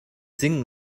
singen